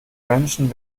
menschen